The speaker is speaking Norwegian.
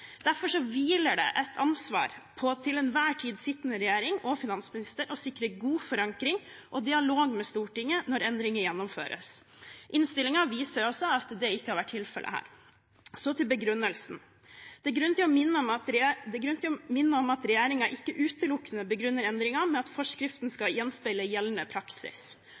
Derfor påhviler det den til enhver tid sittende regjering og finansminister et ansvar for å sikre god forankring og dialog med Stortinget når endringer gjennomføres. Innstillingen viser at det ikke har vært tilfellet her. Så til begrunnelsen. Det er grunn til å minne om at regjeringen ikke utelukkende begrunner endringen med at forskriften skal gjenspeile gjeldende praksis.